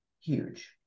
huge